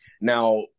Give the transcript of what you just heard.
now